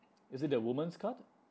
is it the woman's card